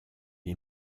est